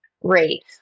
rate